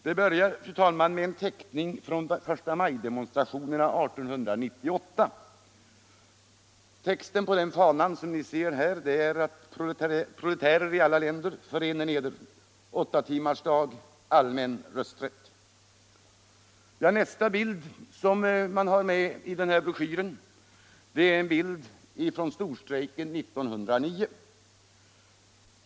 Det börjar med en teckning från förstamajdemonstrationerna 1898. Fanan som finns med i bilden har texten: Proletärer i alla länder, förenen eder — åttatimmarsdag — allmän rösträtt. Nästa bild som man har med i broschyren är från storstrejken 1909.